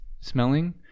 smelling